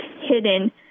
hidden